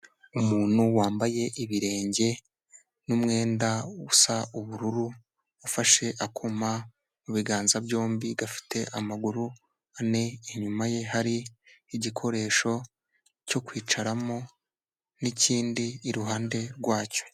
Umuntu wambaye ibirenge n'umwenda usa ubururu, afashe akuma mu biganza byombi, gafite amaguru ane, inyuma ye hari igikoresho cyo kwicaramo n'ikindi iruhande rwacyo.